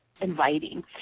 inviting